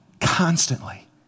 constantly